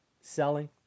selling